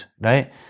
right